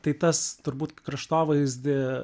tai tas turbūt kraštovaizdy